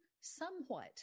somewhat